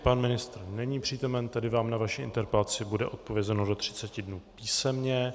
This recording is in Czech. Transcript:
Pan ministr není přítomen, tedy vám na vaši interpelaci bude odpovězeno do 30 dnů písemně.